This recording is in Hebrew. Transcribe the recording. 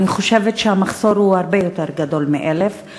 אני חושבת שהמחסור הוא הרבה יותר גדול מ-1,000.